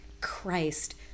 Christ